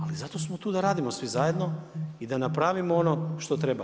Ali zato smo tu da radimo svi zajedno i da napravimo ono što treba.